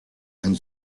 and